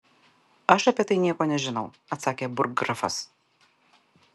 aš apie tai nieko nežinau atsakė burggrafas